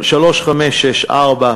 3564,